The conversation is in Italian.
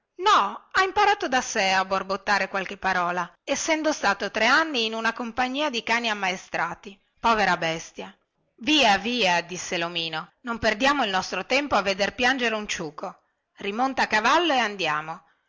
no ha imparato da sé a borbottare qualche parola essendo stato tre anni in una compagnia di cani ammaestrati povera bestia via via disse lomino non perdiamo il nostro tempo a veder piangere un ciuco rimonta a cavallo e andiamo